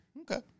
Okay